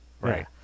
right